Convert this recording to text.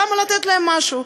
למה לתת להם משהו?